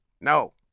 No